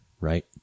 right